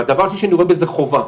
והדבר השלישי, שאני רואה בזה חובה.